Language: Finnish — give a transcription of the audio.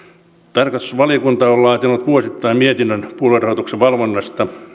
tarkastusvaliokunta on laatinut vuosittain mietinnön puoluerahoituksen valvonnasta siis